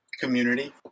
community